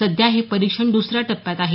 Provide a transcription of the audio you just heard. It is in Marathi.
सध्या हे परीक्षण द्सऱ्या टप्प्यात आहे